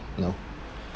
you know